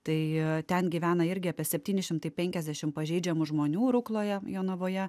tai ten gyvena irgi apie septyni šimtai penkiasdešimt pažeidžiamų žmonių rukloje jonavoje